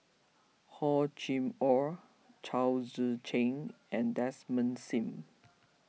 Hor Chim or Chao Tzee Cheng and Desmond Sim